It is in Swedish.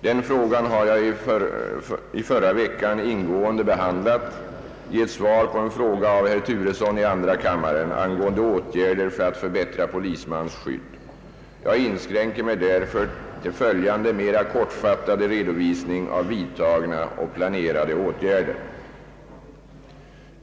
Detta spörsmål har jag i förra veckan ingående behandlat i ett svar på en fråga av herr Turesson i andra kammaren angående åtgärder för att förbättra polismans skydd. Jag inskränker mig därför till följande mera kortfattade redovisning av vidtagna och planerade åtgärder.